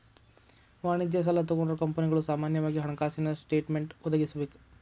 ವಾಣಿಜ್ಯ ಸಾಲಾ ತಗೊಂಡ್ರ ಕಂಪನಿಗಳು ಸಾಮಾನ್ಯವಾಗಿ ಹಣಕಾಸಿನ ಸ್ಟೇಟ್ಮೆನ್ಟ್ ಒದಗಿಸಬೇಕ